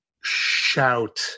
Shout